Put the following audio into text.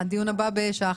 הישיבה ננעלה בשעה